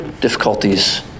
difficulties